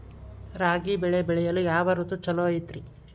ರಾಗಿ ಬೆಳೆ ಬೆಳೆಯಲು ಯಾವ ಋತು ಛಲೋ ಐತ್ರಿ?